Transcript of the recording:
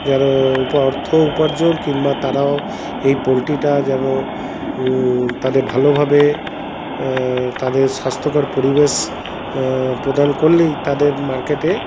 যারা অর্থ উপার্জন কিংবা তারাও এই পোল্ট্রীটা যেন তাদের ভালোভাবে তাদের স্বাস্থ্যকর পরিবেশ প্রদান করলেই তাদের মার্কেটে